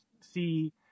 see